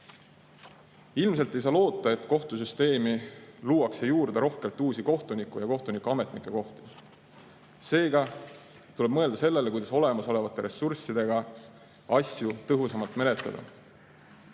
Ilmselt ei saa loota, et kohtusüsteemi luuakse juurde rohkelt uusi kohtuniku- ja kohtuametnike kohti. Seega tuleb mõelda sellele, kuidas olemasolevate ressurssidega asju tõhusamalt menetleda.